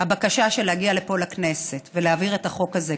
הבקשה להגיע לפה לכנסת ולהעביר את החוק הזה,